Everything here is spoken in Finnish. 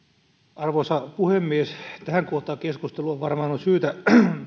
arvoisa puhemies tähän kohtaan keskustelua varmaan on syytä